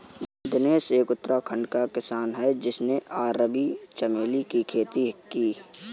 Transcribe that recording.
दिनेश एक उत्तराखंड का किसान है जिसने अरबी चमेली की खेती की